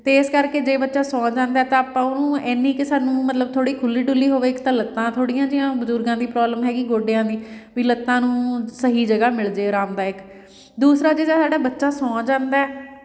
ਅਤੇ ਇਸ ਕਰਕੇ ਜੇ ਬੱਚਾ ਸੌਂ ਜਾਂਦਾ ਤਾਂ ਆਪਾਂ ਉਹਨੂੰ ਐਨੀ ਕੁ ਸਾਨੂੰ ਮਤਲਬ ਥੋੜ੍ਹੀ ਖੁੱਲੀ ਡੁੱਲੀ ਹੋਵੇ ਇੱਕ ਤਾਂ ਲੱਤਾਂ ਥੋੜ੍ਹੀਆਂ ਜਿਹੀਆਂ ਬਜ਼ੁਰਗਾਂ ਦੀ ਪ੍ਰੋਬਲਮ ਹੈਗੀ ਗੋਡਿਆਂ ਦੀ ਵੀ ਲੱਤਾਂ ਨੂੰ ਸਹੀ ਜਗ੍ਹਾ ਮਿਲ ਜਾਵੇ ਆਰਾਮਦਾਇਕ ਦੂਸਰਾ ਜੇ ਤਾਂ ਸਾਡਾ ਬੱਚਾ ਸੌਂ ਜਾਂਦਾ